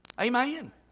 Amen